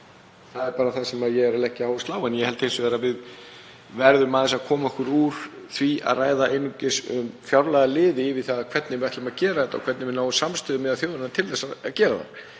Það er bara það sem ég er að leggja áherslu á. En ég held hins vegar að við verðum aðeins að koma okkur úr því að ræða einungis um fjárlagaliði yfir í það hvernig við ætlum að gera þetta og hvernig við náum samstöðu meðal þjóðarinnar til þess að gera það.